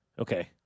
Okay